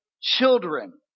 children